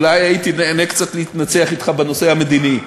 אולי הייתי נהנה קצת להתנצח אתך בנושא המדיני.